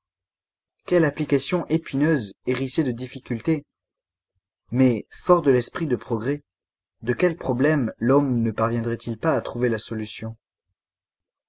quelle application épineuse hérissée de difficultés mais fort de l'esprit de progrès de quels problèmes l'homme ne parviendrait il pas à trouver la solution